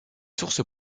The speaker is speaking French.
sources